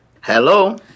Hello